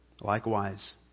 Likewise